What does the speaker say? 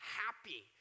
happy